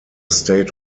state